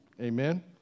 Amen